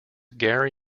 gary